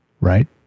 right